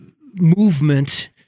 movement